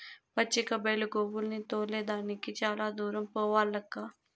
పచ్చిక బైలు గోవుల్ని తోలే దానికి చాలా దూరం పోవాలక్కా